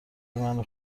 منو